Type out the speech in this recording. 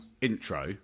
intro